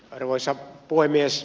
arvoisa puhemies